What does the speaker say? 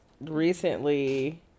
recently